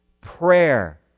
prayer